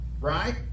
Right